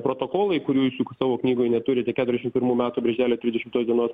protokolai kurių jūs juk savo knygoj neturite keturiasdešim pirmų metų birželio trisdešimtos dienos